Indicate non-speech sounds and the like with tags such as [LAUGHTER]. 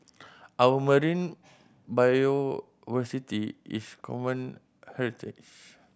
our marine b [UNINTELLIGIBLE] is common heritage